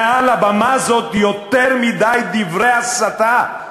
מעל הבמה הזאת נשמעים יותר מדי דברי הסתה.